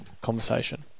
conversation